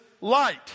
light